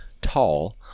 tall